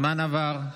הזמן עבר.